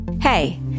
Hey